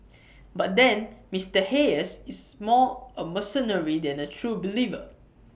but then Mister Hayes is more A mercenary than A true believer